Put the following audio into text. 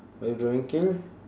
by drinking